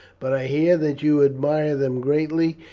but i hear that you admire them greatly,